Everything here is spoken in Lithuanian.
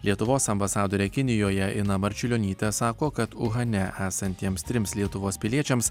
lietuvos ambasadorė kinijoje ina marčiulionytė sako kad uhane esantiems trims lietuvos piliečiams